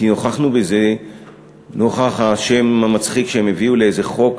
נוכחנו בזה נוכח השם המצחיק שהם הביאו לאיזה חוק